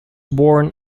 born